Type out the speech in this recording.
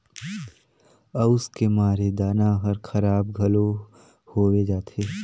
अउस के मारे दाना हर खराब घलो होवे जाथे